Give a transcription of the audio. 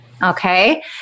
Okay